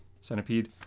centipede